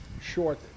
short